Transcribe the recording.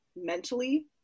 mentally